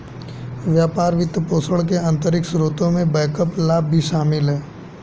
व्यापार वित्तपोषण के आंतरिक स्रोतों में बैकअप लाभ भी शामिल हैं